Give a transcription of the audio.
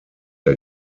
der